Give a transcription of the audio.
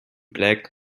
black